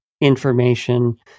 information